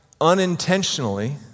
unintentionally